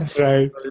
Right